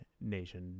nation